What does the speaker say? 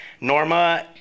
Norma